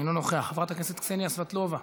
אינו נוכח, חברת הכנסת קסניה סבטלובה,